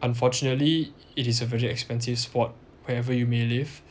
unfortunately it is a very expensive sport wherever you may live